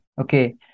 Okay